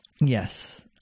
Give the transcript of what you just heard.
Yes